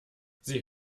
sie